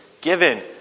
given